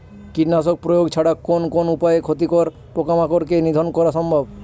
কীটনাশক প্রয়োগ ছাড়া কোন কোন উপায়ে ক্ষতিকর পোকামাকড় কে নিধন করা সম্ভব?